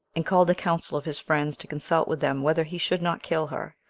and called a counsel of his friends to consult with them whether he should not kill her,